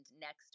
next